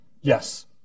Yes